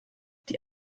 die